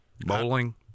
bowling